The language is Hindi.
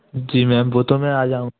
जी मैम वो तो मैं आ जाऊँ